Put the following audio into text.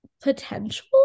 Potential